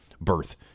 birth